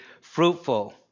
fruitful